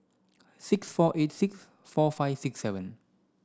six four eight six four five six seven